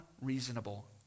unreasonable